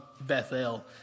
Bethel